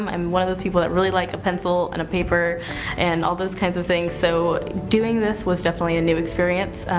i'm one of those people that really like a pencil and a paper and all those kinds of things so doing this was definitely a new experience.